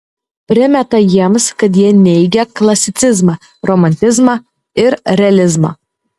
primeta jiems kad jie neigią klasicizmą romantizmą ir realizmą